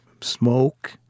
smoke